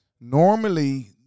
Normally